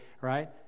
Right